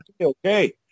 okay